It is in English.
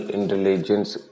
Intelligence